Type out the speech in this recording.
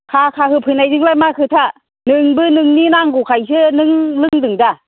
थाखा होफैनायजोंलाय मा खोथा नोंबो नोंनि नांगौखायसो नों लोंदों दा